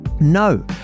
No